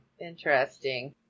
Interesting